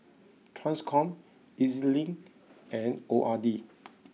Transcom Ez Link and O R D